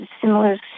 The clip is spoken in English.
similar